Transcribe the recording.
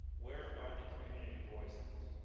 where are the community voices.